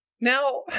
Now